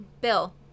Bill